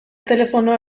telefonoa